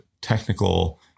technical